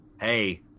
Hey